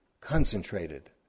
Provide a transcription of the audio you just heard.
concentrated